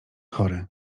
chory